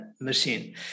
machine